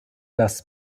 das